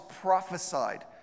prophesied